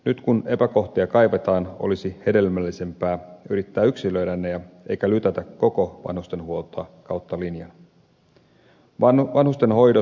nyt kun epäkohtia kaivetaan olisi hedelmällisempää yrittää yksilöidä ne eikä lytätä koko vanhustenhuoltoa kautta linjan